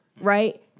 right